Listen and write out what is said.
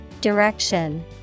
Direction